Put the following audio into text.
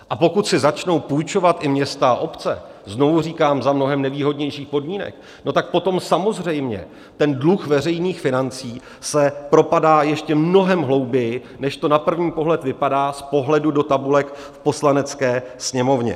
A pokud si začnou půjčovat i města a obce znovu říkám, za mnohem nevýhodnějších podmínek no tak potom samozřejmě ten dluh veřejných financí se propadá ještě mnohem hlouběji, než to na první pohled vypadá z pohledu do tabulek v Poslanecké sněmovně.